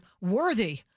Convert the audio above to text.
worthy